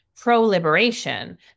pro-liberation